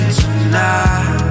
tonight